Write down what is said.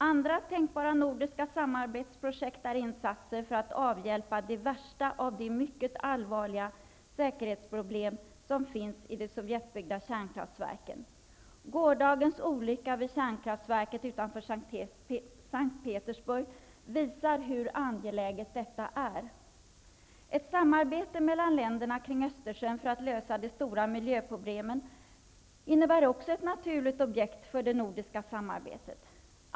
Andra tänkbara nordiska samarbetsprojekt är insatser för att avhjälpa de värsta av de mycket allvarliga säkerhetsproblem som finns i de sovjetbyggda kärnkraftverken. Gårdagens olycka vid kärnkraftverket utanför S:t Petersburg visar hur angeläget detta är. Ett samarbete mellan länderna kring Östersjön för att lösa de stora miljöproblemen utgör också ett naturligt objekt för det nordiska samarbetet.